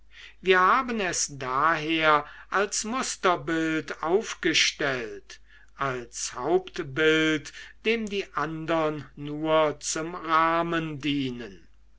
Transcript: wir haben es daher als musterbild aufgestellt als hauptbild dem die andern nur zum rahmen dienen